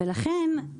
ולכן,